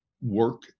work